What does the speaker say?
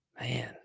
Man